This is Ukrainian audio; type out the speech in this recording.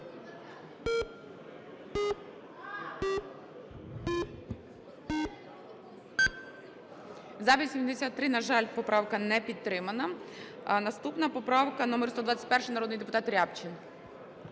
За-83 На жаль, поправка не підтримана. Наступна поправка номер 121. Народний депутат Рябчин.